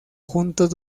juntos